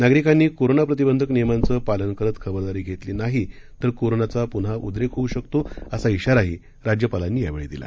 नागरिकांनी कोरोना प्रतिबंधक नियमांचं पालन करत खबरदारी घेतली नाही तर कोरोनाचा पुन्हा उद्रेक होऊ शकतो असा शिवाही राज्यपालांनी यावेळी दिला